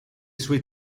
sue